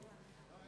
אין לי